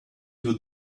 you